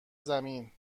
زمین